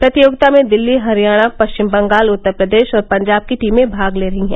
प्रतियोगिता में दिल्ली हरियाणा पश्चिम बंगाल उत्तर प्रदेश और पंजाब की टीमें भाग ले रही हैं